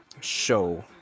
show